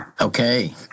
Okay